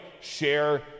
share